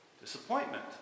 Disappointment